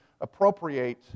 appropriate